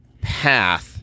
path